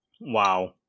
Wow